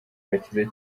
bakize